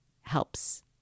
helps